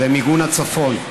זה מיגון הצפון,